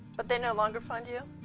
but they no longer fund you?